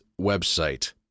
website